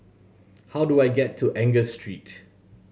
how do I get to Angus Street